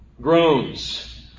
groans